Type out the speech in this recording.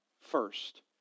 first